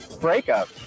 breakup